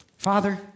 Father